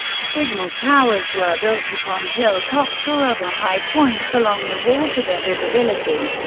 signal towers were built upon hill tops or other high points along the wall for their visibility.